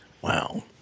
Wow